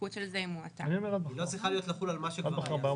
הנפקות של זה היא מועטה היא לא צריכה לחול על מה שכבר היה.